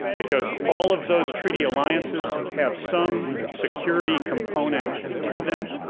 because all of those treaty alliances have some security component to them